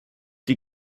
die